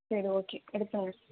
சரி ஓகே எடுத்துங்க